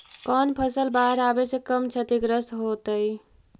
कौन फसल बाढ़ आवे से कम छतिग्रस्त होतइ?